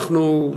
אנחנו,